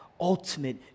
ultimate